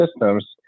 systems